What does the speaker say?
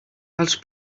els